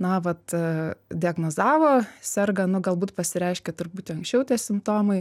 na vat diagnozavo serga nu galbūt pasireiškia truputį anksčiau tie simptomai